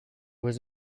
was